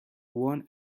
one